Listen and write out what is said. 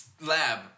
lab